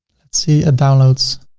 let's see downloads.